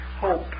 hope